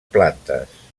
plantes